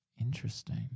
Interesting